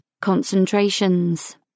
concentrations